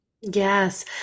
Yes